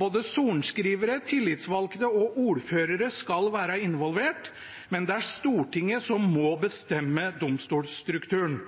Både sorenskrivere, tillitsvalgte og ordførere skal være involvert, men det er Stortinget som må bestemme domstolstrukturen.